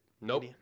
Nope